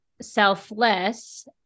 selfless